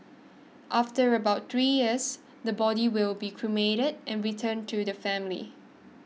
after about three years the body will be cremated and returned to the family